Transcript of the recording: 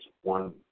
one